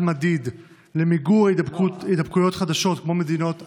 מדיד למיגור הידבקויות חדשות כמו מדינות אחרות?